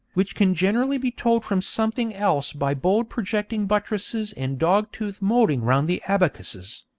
which can generally be told from something else by bold projecting buttresses and dog-tooth moulding round the abacusses.